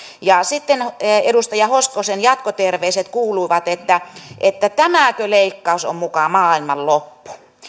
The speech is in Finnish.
ja sitten edustaja hoskosen jatkoterveiset kuuluivat että että tämäkö leikkaus on muka maailmanloppu